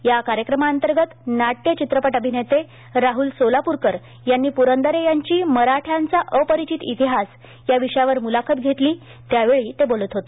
या कार्यक्रमांतर्गत नाट्य चित्रपट अभिनेते राहुल सोलाप्रकर यांनी प्रंदरे यांची मराठ्यांचा अपरिचित इतिहास या विषयावर मुलाखत घेतली त्यावेळी ते बोलत होते